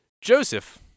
Joseph